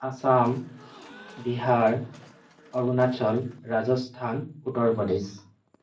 Assam Bihar Arunachal Rajasthan Uttar Pradesh